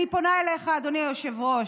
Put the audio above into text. אני פונה אליך, אדוני היושב-ראש: